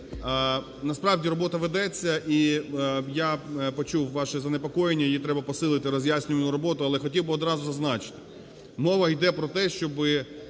Насправді робота ведеться, і я почув ваше занепокоєння, і треба посилити роз'яснювальну роботу. Але хотів би одразу зазначити: мова іде про те, щоб